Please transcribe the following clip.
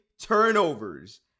turnovers